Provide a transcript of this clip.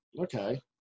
Okay